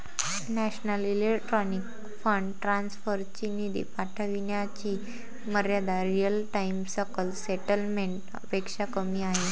national electronic fund transfer ची निधी पाठविण्याची मर्यादा रिअल टाइम सकल सेटलमेंट पेक्षा कमी आहे